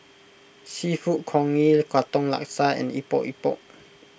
Seafood Congee Katong Laksa and Epok Epok